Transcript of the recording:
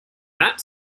that